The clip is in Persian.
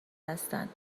هستند